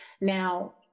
Now